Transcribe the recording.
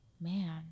man